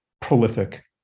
prolific